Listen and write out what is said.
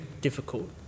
difficult